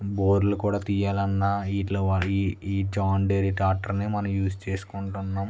బోర్లు కూడా తీయాలన్న వీటి వల్ల ఈ జాన్ డీరే ట్రాక్టర్నే మనం యూజ్ చేసుకుంటున్నాం